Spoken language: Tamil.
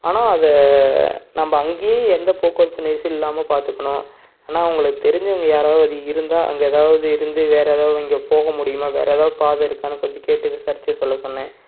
ஆனால் அது நம்ம அங்கேயும் எந்த போக்குவரத்து நெரிசல் இல்லாமல் பார்த்துக்கணும் அண்ணா உங்களுக்கு தெரிஞ்சவங்க யாராவது இருந்தால் அங்கே எதாவது இருந்து வேறு எதாவது இங்கே போக முடியுமா வேறு எதாவது பாதை இருக்கான்னு கொஞ்சம் கேட்டு விசாரித்து சொல்ல சொன்னேன்